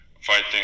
fighting